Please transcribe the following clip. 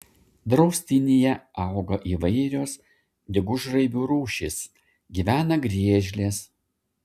draustinyje auga įvairios gegužraibių rūšys gyvena griežlės